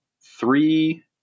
three